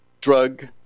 drug